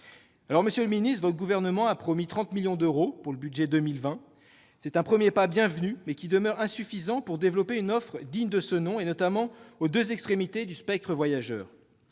l'avion ! À ce titre, le Gouvernement a promis 30 millions d'euros dans le budget pour 2020. C'est un premier pas bienvenu, mais qui demeure insuffisant pour développer une offre digne de ce nom, notamment aux deux extrémités du spectre voyageur